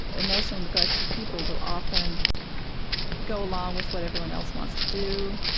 emotionally neglected people will often go along with what everyone else wants to do,